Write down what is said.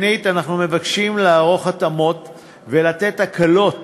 שנית, אנחנו מבקשים לערוך התאמות ולתת הקלות